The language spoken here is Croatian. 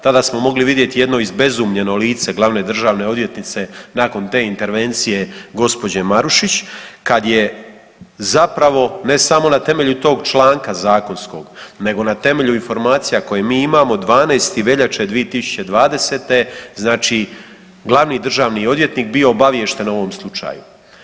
Tada smo mogli vidjeti jedno izbezumljeno lice Glavne državne odvjetnice nakon te intervencije gospođe Marušić kad je zapravo ne samo na temelju tog članka Zakonskog, nego na temelju informacija koje mi imamo, 12.veljače 2020. znači Glavni državni odvjetnik bio obavješten o ovom slučaju.